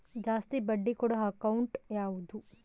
ಜಾಸ್ತಿ ಬಡ್ಡಿ ಕೊಡೋ ಅಕೌಂಟ್ ಯಾವುದು?